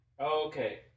okay